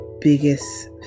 biggest